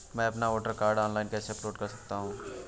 मैं अपना voter card online कैसे अपलोड कर सकता हूँ?